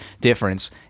difference